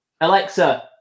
Alexa